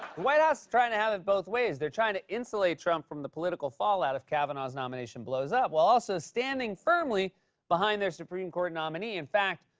white house is trying to have it both ways. they're trying to insulate trump from the political fallout if kavanaugh's nomination blows up while also standing firmly behind their supreme court nominee. in fact,